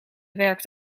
werkt